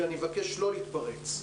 ואני מבקש לא להתפרץ.